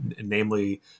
namely